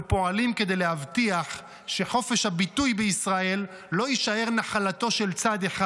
אנחנו פועלים כדי להבטיח שחופש הביטוי בישראל לא יישאר נחלתו של צד אחד.